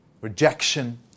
rejection